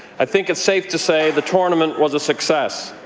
i think it's safe to say the tournament was a success.